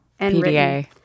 PDA